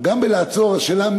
גם בלעצור השאלה,